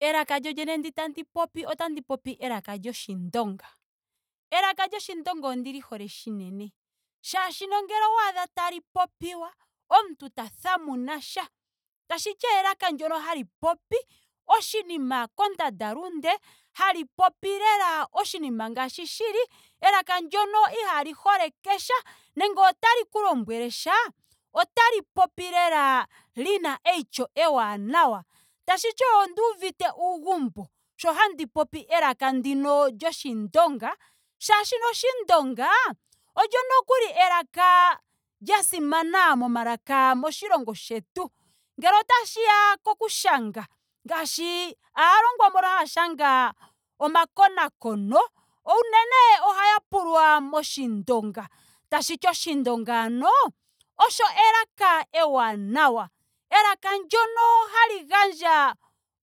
Elaka lyo lyene ndi tandi popi otandi popi elaka lyoshindonga. Elaka lyoshindonga ondili hole shinene. Shaashino ngele owaadha tali popiwa. omuntu ta thamuna sha. tashi ti elaka ndyoka hali popi oshinima kondandalunde. hali popi lela oshinima ngaashi shili. elaka nduoka ihaali holeke sha. nenge otali ku lombwele sha. otali popi lela lina eityo ewanawa. Tashiti onda uvite uugumbo sho handi popi elaka ndino lyoshindonga. Shaashino oshindonga olyo nokuli elaka lya simana momalaka moshilongo shetu ngele otashi ya koku shanga. Ngaashi aalongwa mbono haya shanga omakonakono. unene ohaya pulwa moshindonga. tashiti oshindonga ano olyo elaka ewanawa. Elaka ndyono hali gandja